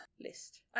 list